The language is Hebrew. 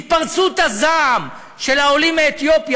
התפרצות הזעם של העולים מאתיופיה,